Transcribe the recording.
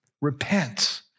Repent